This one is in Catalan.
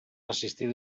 resistir